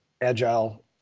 Agile